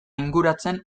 inguratzen